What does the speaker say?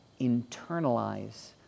internalize